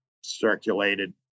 circulated